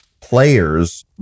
players